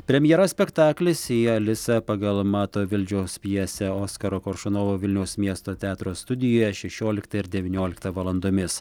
premjera spektaklis į alisą pagal mato vildžiaus pjesę oskaro koršunovo vilniaus miesto teatro studijoje šešioliktą ir devynioliktą valandomis